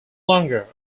longer